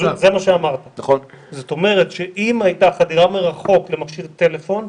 זאת אומרת שאם הייתה חדירה מרחוק למכשיר טלפון,